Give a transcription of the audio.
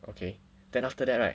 okay then after that right